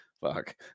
fuck